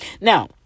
Now